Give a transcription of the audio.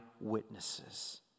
witnesses